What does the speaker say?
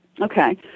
okay